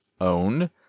owned